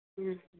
ᱦᱮᱸ